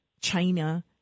China